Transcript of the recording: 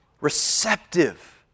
receptive